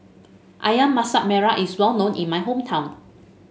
ayam Masak Merah is well known in my hometown